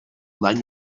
dany